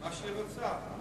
מה שהיא רוצה.